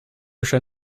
chat